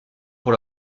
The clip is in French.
pour